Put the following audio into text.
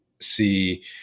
see